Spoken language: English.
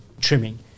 trimming